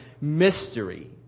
mystery